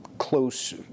close